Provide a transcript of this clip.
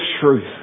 truth